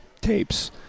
tapes